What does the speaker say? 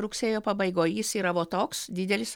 rugsėjo pabaigoj jis yra va toks didelis